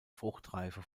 fruchtreife